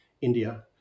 India